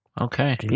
Okay